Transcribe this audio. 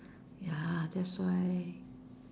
ya that's why